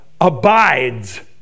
abides